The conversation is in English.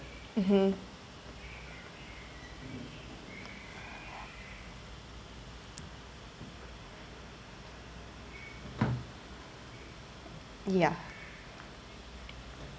mmhmm yeah